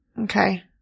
Okay